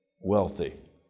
wealthy